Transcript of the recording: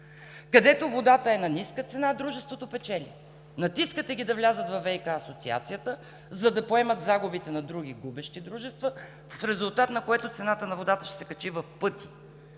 решение. Водата е на ниска цена, дружеството печели. Натискате ги да влязат във ВиК- асоциацията, за да поемат загубата на други губещи дружества, в резултат на което цената на водата ще се качи в пъти,